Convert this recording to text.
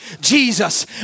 Jesus